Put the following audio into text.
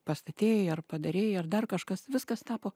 pastatei ar padarei ar dar kažkas viskas tapo